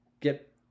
get